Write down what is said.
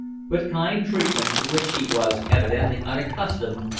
but kind treatment, to which he was evidently unaccustomed,